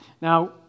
Now